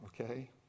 okay